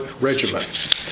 regiment